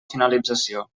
finalització